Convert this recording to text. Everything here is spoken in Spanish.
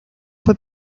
fue